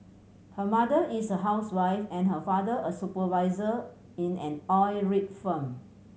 her mother is a housewife and her father a supervisor in an oil rig firm